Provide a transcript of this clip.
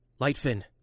Lightfin